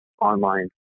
online